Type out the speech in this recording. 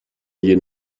you